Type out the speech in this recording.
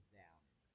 down